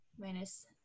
minus